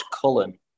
Cullen